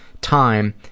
time